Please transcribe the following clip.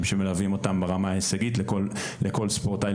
שמלווים אותם ברמה ההישגית לכל ספורטאי,